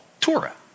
Torah